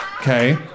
okay